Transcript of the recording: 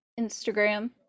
Instagram